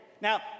Now